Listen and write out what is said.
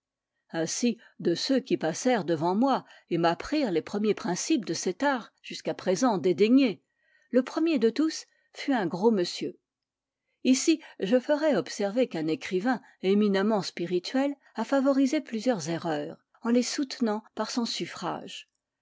ainsi de ceux qui passèrent devant moi et m'apprirent les premiers principes de cet art jusqu'à présent dédaigné le premier de tous fut un gros monsieur ici je ferai observer qu'un écrivain éminemment spirituel a favorisé plusieurs erreurs en les soutenant par son suffrage